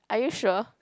are you sure